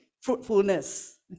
fruitfulness